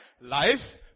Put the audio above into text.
life